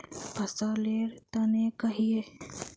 फसल लेर तने कहिए?